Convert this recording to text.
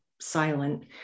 silent